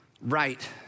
right